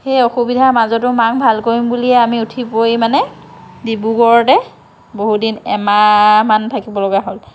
সেই অসুবিধাৰ মাজতো মাক ভাল কৰিম বুলিয়ে আমি উঠি পৰি মানে ডিব্ৰুগড়তে বহুত দিন এমাহমান থাকিবলগা হ'ল